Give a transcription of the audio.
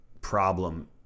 problem